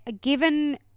Given